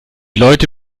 leute